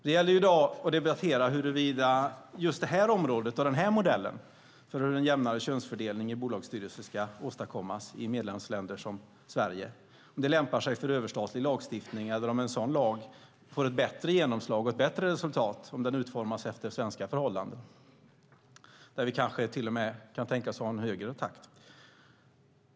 Det gäller i dag att debattera huruvida just det här området och den här modellen för hur en jämnare könsfördelning i bolagsstyrelser ska åstadkommas i medlemsländer som Sverige lämpar sig för överstatlig lagstiftning eller om en sådan lag får ett bättre genomslag om den utformas efter svenska förhållanden där vi kanske till och med kan tänka oss en snabbare takt.